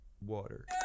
water